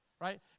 right